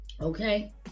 Okay